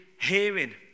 hearing